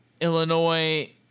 Illinois